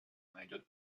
найдет